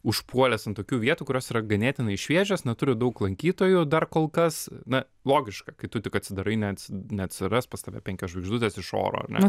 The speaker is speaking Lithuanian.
užpuolęs ant tokių vietų kurios yra ganėtinai šviežios neturi daug lankytojų dar kol kas na logiška kai tu tik atsidarai net neatsiras pas tave penkios žvaigždutės iš oro ar ne